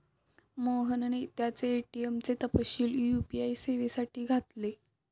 मोहनने त्याचे ए.टी.एम चे तपशील यू.पी.आय सेवेसाठी घातले